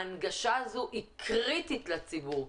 ההנגשה הזאת היא קריטית לציבור.